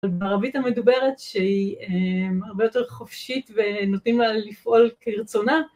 בערבית המדוברת שהיא הרבה יותר חופשית ונותנים לה לפעול כרצונה